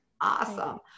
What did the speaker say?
Awesome